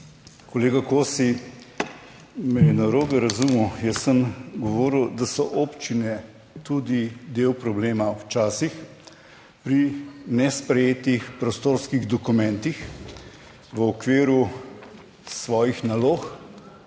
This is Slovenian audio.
Kolega Kosi me je narobe razumel. Jaz sem govoril, da so občine tudi del problema včasih pri nesprejetih prostorskih dokumentih v okviru svojih nalog,